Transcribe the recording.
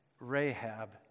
Rahab